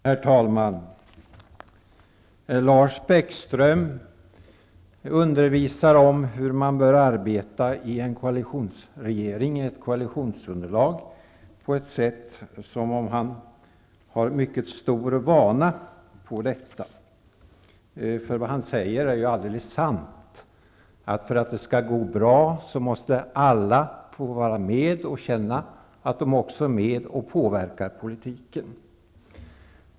Herr talman! Lars Bäckström undervisar om hur man bör arbeta i en koalitionsregering, med ett koalitionsunderlag, som om han hade mycket stor vana. Det han säger är sant. För att det skall gå bra måste alla få vara med och känna att de är med och påverkar politiken.